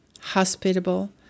hospitable